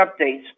updates